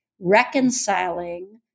reconciling